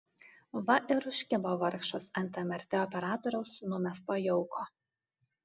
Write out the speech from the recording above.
va ir užkibo vargšas ant mrt operatoriaus numesto jauko